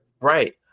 right